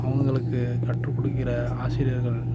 அவங்களுக்கு கற்றுக்கொடுக்கிற ஆசிரியர்கள்